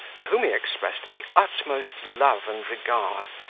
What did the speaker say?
for whom he expressed the utmost love and regard,